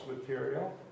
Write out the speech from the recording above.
material